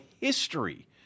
history